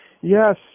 Yes